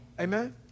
Amen